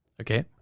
Okay